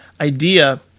idea